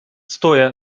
стоя